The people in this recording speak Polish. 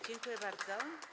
Dziękuję bardzo.